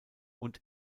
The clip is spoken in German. und